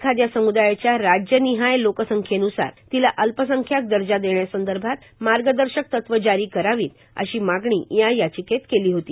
एखाद्या सम्दायाच्या राज्यनिहाय लोकसंख्येन्सार तिला अल्पसंख्याक दर्जा देण्यासंदर्भात मार्गदर्शक तत्व जारी करावीत अशी मागणी या याचिकेत केली होती